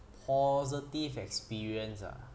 positive experience ah